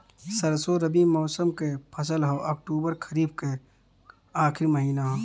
सरसो रबी मौसम क फसल हव अक्टूबर खरीफ क आखिर महीना हव